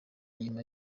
nyuma